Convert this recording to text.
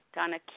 Donna